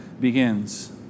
begins